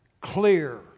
clear